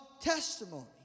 testimony